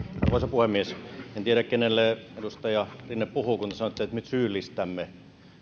puhemies en tiedä kenelle edustaja rinne puhuu kun te sanoitte että me syyllistämme